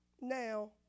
now